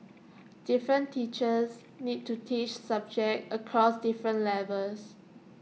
different teachers need to teach subjects across different levels